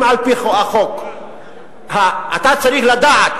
אם על-פי החוק אתה צריך לדעת,